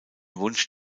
wunsch